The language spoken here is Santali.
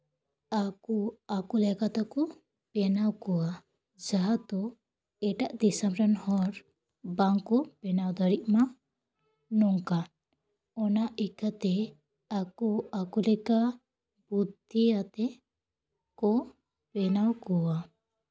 ᱟᱠᱚ ᱟᱠᱚ ᱞᱮᱠᱟ ᱛᱮᱠᱚ ᱵᱮᱱᱟᱣ ᱠᱚᱣᱟ ᱡᱟᱦᱟᱸ ᱫᱚ ᱮᱴᱟᱜ ᱫᱤᱥᱚᱢ ᱨᱮᱱ ᱦᱚᱲ ᱵᱟᱝᱠᱚ ᱵᱮᱱᱟᱣ ᱫᱟᱲᱮᱜ ᱢᱟ ᱱᱚᱝᱠᱟ ᱚᱱᱟ ᱤᱠᱟᱹᱛᱮ ᱟᱠᱚ ᱟᱠᱚ ᱞᱮᱠᱟ ᱵᱩᱫᱽᱫᱷᱤ ᱟᱛᱮᱫ ᱠᱚ ᱵᱮᱱᱟᱣ ᱠᱚᱣᱟ